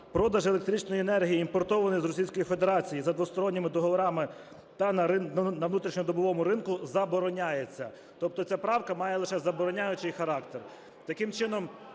"Продаж електричної енергії, імпортованої з Російської Федерації, за двосторонніми договорами та на внутрішньодобовому ринку забороняється". Тобто ця правка має лише забороняючий характер.